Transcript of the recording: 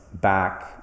back